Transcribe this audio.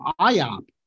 IOP